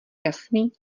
jasný